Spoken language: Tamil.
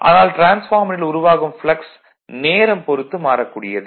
ஆனால் டிரான்ஸ்பார்மரில் உருவாகும் ப்ளக்ஸ் நேரம் பொறுத்து மாறக்கூடியது